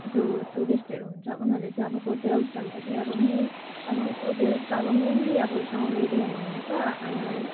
जो टुरिष्टहरू हुन्छ उनीहरूले चाहिँ अब होटेल्स भन्दा चाहिँ मेन अब होटेल्स त अब मेनली अब टाउन एरियामा हुन्छ अनि